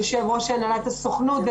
יושב ראש הנהלת הסוכנות,